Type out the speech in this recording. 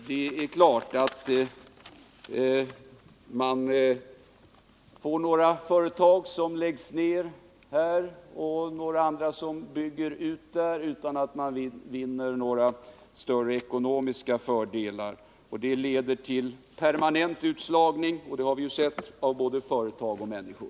Det blir några företag som läggs ned här och några andra som bygger ut där, utan att man vinner några större ekonomiska fördelar. Det leder till permanent utslagning — det har vi ju sett — av både företag och människor.